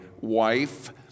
wife